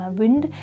wind